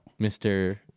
Mr